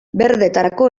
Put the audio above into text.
berdetarako